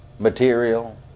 material